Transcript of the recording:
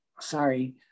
sorry